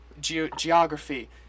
Geography